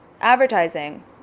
advertising